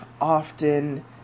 often